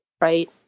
right